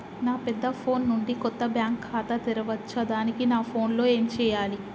నా పెద్ద ఫోన్ నుండి కొత్త బ్యాంక్ ఖాతా తెరవచ్చా? దానికి నా ఫోన్ లో ఏం చేయాలి?